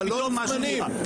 חלון זמנים.